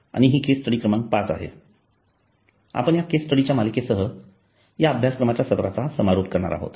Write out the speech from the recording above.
आणि हि case study क्रमांक पाच आहे आणि आपण या केस स्टडी च्या मालिकेसह या अभ्यासक्रमाच्या सत्राचा समारोप करणार आहोत